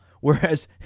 Whereas